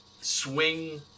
swing